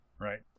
right